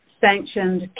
sanctioned